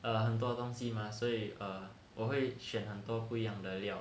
err 很多东西 mah 所以 err 我会选很多不一样的料